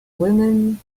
women